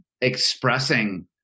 expressing